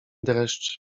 dreszcz